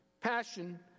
passion